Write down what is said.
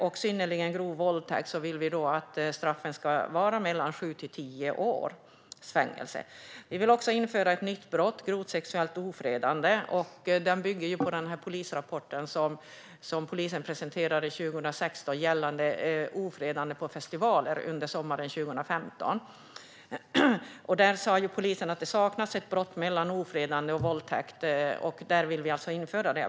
För synnerligen grov våldtäkt vill vi att straffet ska vara mellan sju och tio års fängelse. Vi vill också införa en ny brottsrubricering: grovt sexuellt ofredande. Detta bygger på den rapport som polisen presenterade 2016 gällande ofredande på festivaler under sommaren 2015. Där sa polisen att det saknas en brottsrubricering mellan ofredande och våldtäkt, vilket vi nu vill införa.